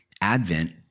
Advent